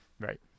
right